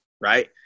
right